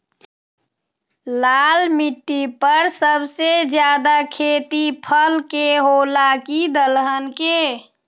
लाल मिट्टी पर सबसे ज्यादा खेती फल के होला की दलहन के?